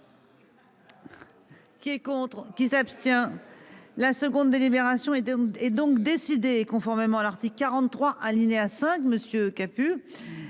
qui s'abstient. La seconde délibération et donc et donc décidé, conformément à l'article 43 alinéa 5 mois.